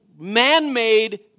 man-made